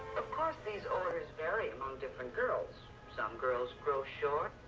of course, these orders vary among different girls, some girls grow short,